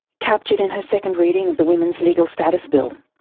captured in her second reading of the women's legal status bill,